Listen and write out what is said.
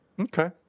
Okay